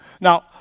Now